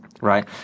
right